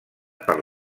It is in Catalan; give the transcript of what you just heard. per